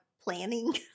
planning